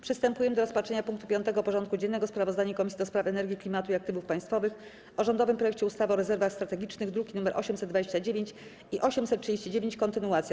Przystępujemy do rozpatrzenia punktu 5. porządku dziennego: Sprawozdanie Komisji do Spraw Energii, Klimatu i Aktywów Państwowych o rządowym projekcie ustawy o rezerwach strategicznych (druki nr 829 i 839) - kontynuacja.